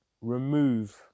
remove